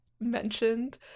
mentioned